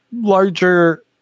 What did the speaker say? Larger